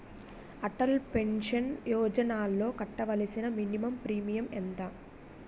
Atal pension యోజనలో కట్టవలసిన minimum premium ఎంత?